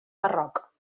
marroc